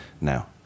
Now